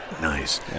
Nice